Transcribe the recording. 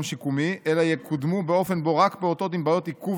שיקומי אלא יקודמו באופן שבו רק פעוטות עם בעיות עיכוב